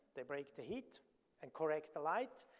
they break the heat and correct the light,